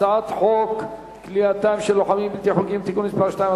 הצעת חוק כליאתם של לוחמים בלתי חוקיים (תיקון מס' 2),